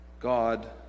God